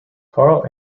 carl